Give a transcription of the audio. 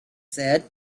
said